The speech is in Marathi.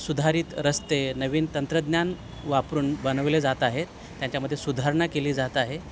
सुधारित रस्ते नवीन तंत्रज्ञान वापरून बनवले जात आहेत त्यांच्यामध्ये सुधारणा केली जात आहे